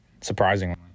Surprisingly